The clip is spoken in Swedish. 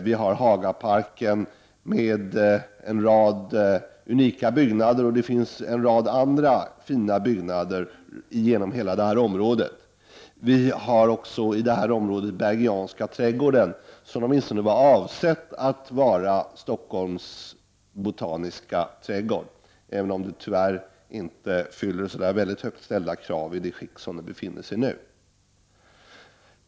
Vi har Hagaparken med en rad unika byggnader, och det finns en rad fina byggnader i hela detta område. Vi har också i detta område Bergianska trädgården, som åtminstone var avsedd att vara Stockholms botaniska trädgård, även om den tyvärr inte fyller särskilt högt ställda krav i det skick den nu befinner sig i.